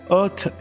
Earth